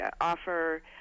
offer